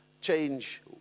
change